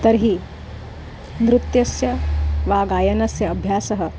तर्हि नृत्यस्य वा गायनस्य अभ्यासः